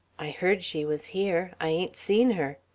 i heard she was here. i ain't seen her.